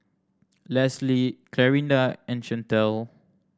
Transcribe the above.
Leslee Clarinda and Chantel